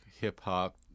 hip-hop